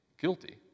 guilty